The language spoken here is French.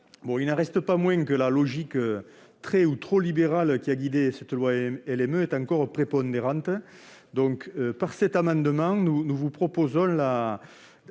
Il n'en reste pas moins que la logique très ou trop libérale ayant guidé la loi LME est encore prépondérante. Par cet amendement, nous vous proposons